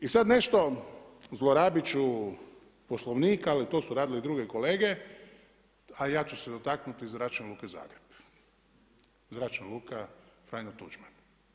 I sada nešto zlorabit ću Poslovnik ali to su radile i druge kolege, a ja ću se dotaknuti Zračne luke Zagreb, Zračna luka Franjo Tuđman.